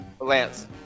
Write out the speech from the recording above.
Lance